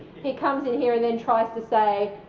he comes in here and then tries to say,